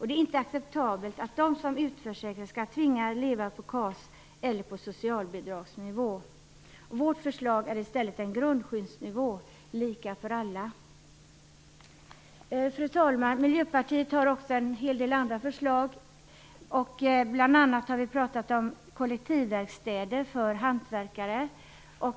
Det är inte acceptabelt att de som utförsäkras skall tvingas leva på KAS eller socialbidragsnivå. Vårt förslag är i stället en grundskyddsnivå lika för alla. Fru talman! Miljöpartiet har också en hel del andra förslag. Bl.a. har vi pratat om kollektivverkstäder för hantverkare.